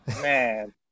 man